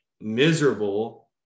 miserable